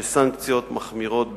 שסנקציות מחמירות בצדה,